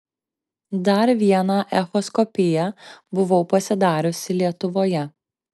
dar vieną echoskopiją buvau pasidariusi lietuvoje